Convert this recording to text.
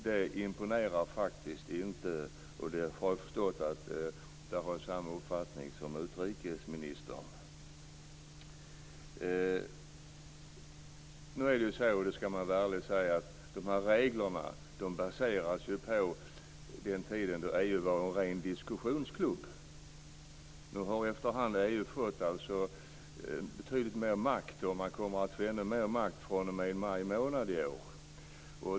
Det imponerar faktiskt inte. Där har jag förstått att jag har samma uppfattning som utrikesministern. Nu är det ju så, det skall man vara ärlig nog att säga, att de här reglerna baseras på den tid då detta var en ren diskussionsklubb. Efterhand har man fått betydligt mer makt, och man kommer att få ännu mer makt fr.o.m. maj månad i år.